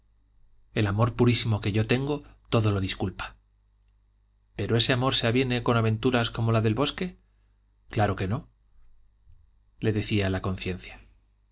el amor purísimo que yo tengo todo lo disculpa pero ese amor se aviene con aventuras como la del bosque claro que no le decía la conciencia